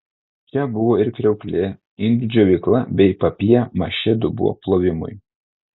čia buvo ir kriauklė indų džiovykla bei papjė mašė dubuo plovimui